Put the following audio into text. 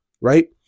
right